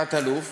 תת-אלוף